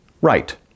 Right